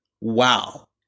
Wow